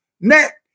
neck